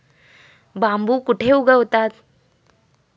बांबू कुठे उगवतात?